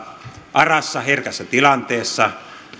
arassa herkässä tilanteessa